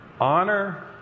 honor